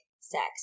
sex